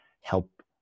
help